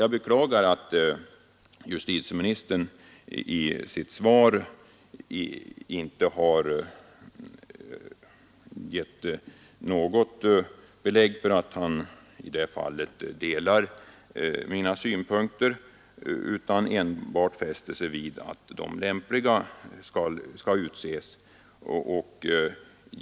Jag beklagar att justitieministern i sitt svar inte har givit något belägg för att han i detta fall delar mina synpunkter utan enbart fäster avseende vid att lämpliga personer skall utses.